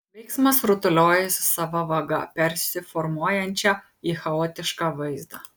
veiksmas rutuliojasi sava vaga persiformuojančia į chaotišką vaizdą